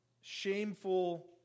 shameful